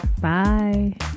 Bye